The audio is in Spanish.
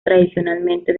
tradicionalmente